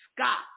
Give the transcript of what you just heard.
Scott